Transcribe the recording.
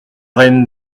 reine